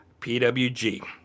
PWG